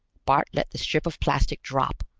bart let the strip of plastic drop,